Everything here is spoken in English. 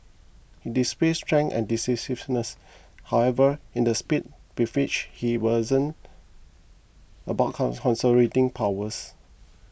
he displayed strength and decisiveness however in the speed with which he wasn't about powers